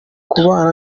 kubana